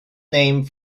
name